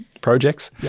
projects